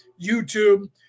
YouTube